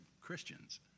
Christians